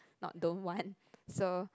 not don't want so